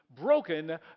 Broken